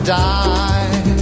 die